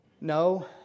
No